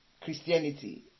Christianity